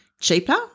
cheaper